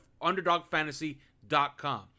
underdogfantasy.com